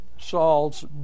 Saul's